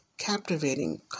captivating